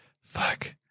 Fuck